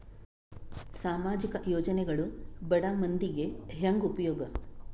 ಸಾಮಾಜಿಕ ಯೋಜನೆಗಳು ಬಡ ಮಂದಿಗೆ ಹೆಂಗ್ ಉಪಯೋಗ?